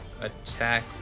attack